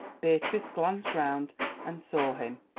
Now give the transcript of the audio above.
beatrice glanced round and saw him,